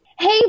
Hey